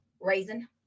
Raisin